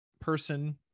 person